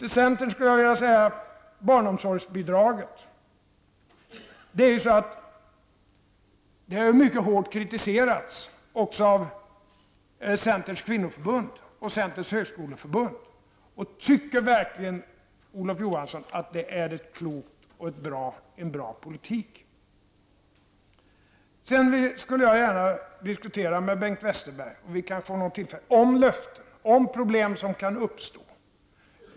Till centern skulle jag vilja säga att barnomsorgsbidraget har mycket hårt kritiserats också av centerns kvinnoförbund och centerns högskoleförbund. Tycker verkligen Olof Johansson att det är uttryck för en klok och bra politik? Sedan skulle jag gärna med Bengt Westerberg diskutera löften och de problem som kan uppstå.